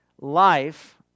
life